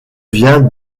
vient